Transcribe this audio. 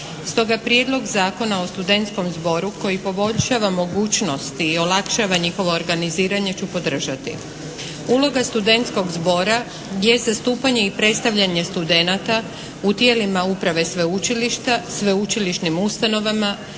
Stoga Prijedlog zakona o studentskom zboru koji poboljšava mogućnosti i olakšava njihovo organiziranje ću podržati. Uloga studentskog zbora je zastupanje i predstavljanje studenata u tijelima uprave Sveučilišta, Sveučilišnim ustanovama,